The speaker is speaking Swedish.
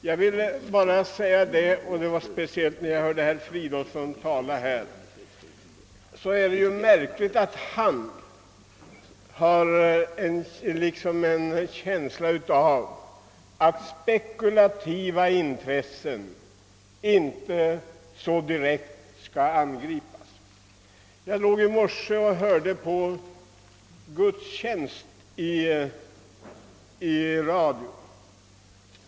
Och när jag hörde herr Fridolfsson i Stockholm tala, fann jag det ytterst anmärkningsvärt att han tydligen menade att speku lativa intressen inte så direkt skall angripas. Jag låg i morse och lyssnade på morgonandakten i radio.